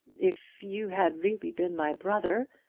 if you had really been my brother,